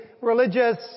religious